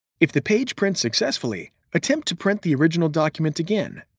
if the page prints successfully, attempt to print the original document again.